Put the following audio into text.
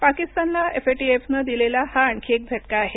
पाकिस्तानला एफएटीएफनं दिलेला हा आणखी झटका आहे